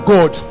God